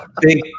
Big